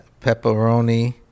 Pepperoni